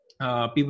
People